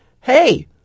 Hey